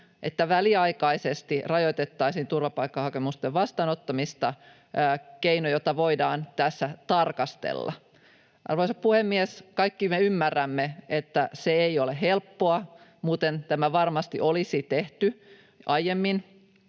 että väliaikaisesti rajoitettaisiin turvapaikkahakemusten vastaanottamista, keino, jota voidaan tässä tarkastella. Arvoisa puhemies! Kaikki me ymmärrämme, että se ei ole helppoa, muuten tämä varmasti olisi tehty aiemmin.